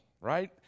right